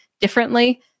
differently